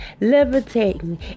levitating